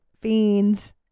Fiends